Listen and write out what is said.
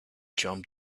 jump